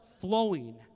flowing